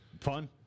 Fun